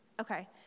Okay